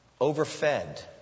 overfed